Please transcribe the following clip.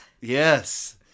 Yes